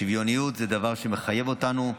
שוויוניות זה דבר שמחייב אותנו,